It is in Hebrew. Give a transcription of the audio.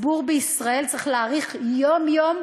הציבור בישראל צריך להעריך יום-יום,